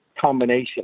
combination